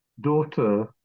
daughter